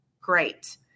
Great